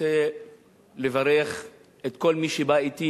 רוצה לברך את כל מי שבא אתי,